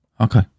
Okay